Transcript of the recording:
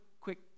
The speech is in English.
quick